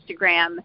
Instagram